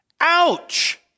Ouch